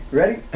ready